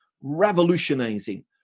revolutionizing